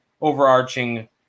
overarching